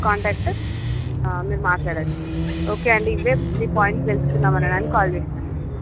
contact మీరు మాట్లాడొచ్చు okay అండి ఇవే మీ పాయింట్స్ తెల్సుకుందామనడానికి కాల్ చేసినానండి